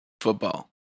football